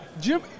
Jim